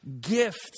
gift